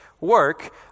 work